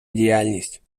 діяльність